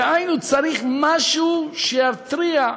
דהיינו, צריך משהו שיתריע.